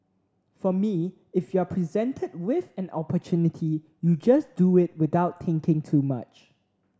for me if you are presented with an opportunity you just do it without thinking too much